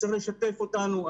צריך לשתף אותנו.